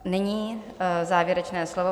Nyní závěrečné slovo.